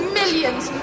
millions